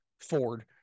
ford